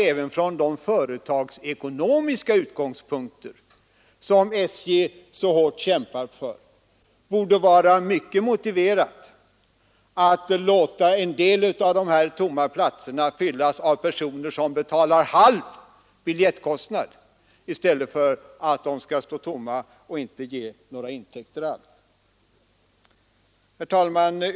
Även från de företagsekonomiska utgångspunkter som SJ så hårt kämpar för borde det vara väl motiverat att låta en del av de här tomma platserna fyllas av personer som betalar halv biljettkostnad i stället för att de skall stå tomma och inte ge några intäkter alls. Herr talman!